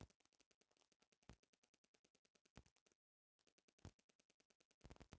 बनफशा के उगावे खातिर गर्मी के महिना सबसे ठीक रहेला